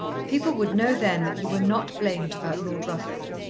people would know then that you were not blamed about lord rufford.